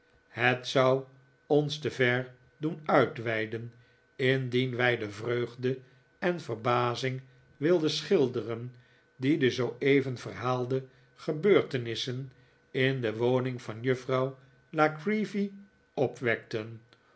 het zou ons te ver doen uitweiden indien wij de vreugde en verbazing wilden schilderen die de zooeven verhaalde gebeurtenissen in de woning van juffrouw la creevy opwekten